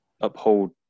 uphold